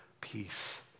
peace